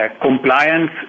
compliance